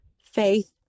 faith